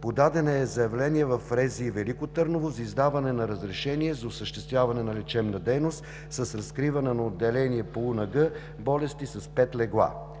Подадено е заявление в РЗИ – Велико Търново, за издаване на разрешения за осъществяване на лечебна дейност, с разкриване на отделения по УНГ болести с пет легла.